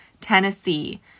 Tennessee